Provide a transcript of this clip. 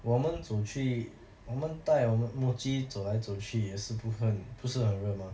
我们走去我们带我们 mochi 走来走去也是不很不是很热吗